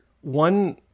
one